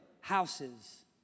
houses